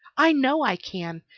i know i can.